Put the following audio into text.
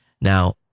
Now